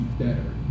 better